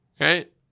Right